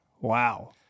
Wow